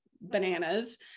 bananas